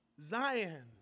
Zion